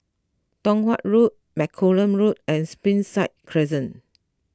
Tong Watt Road Malcolm Road and Springside Crescent